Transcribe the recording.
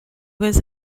was